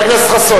אדוני היושב-ראש,